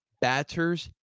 batters